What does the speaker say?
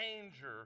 danger